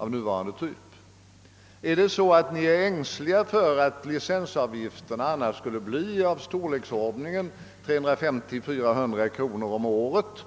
Är socialdemokraterna ängsliga för att licensavgifterna annars skulle bli av storleksordningen 350—400 kronor om året